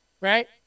Right